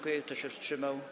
Kto się wstrzymał?